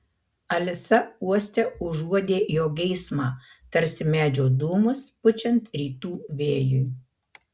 alisa uoste užuodė jo geismą tarsi medžio dūmus pučiant rytų vėjui